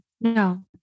No